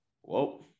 whoa